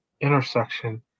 intersection